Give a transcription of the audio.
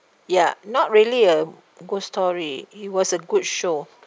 ya not really a ghost story it was a good show